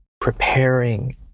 preparing